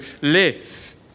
live